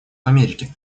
америки